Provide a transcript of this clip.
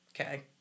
Okay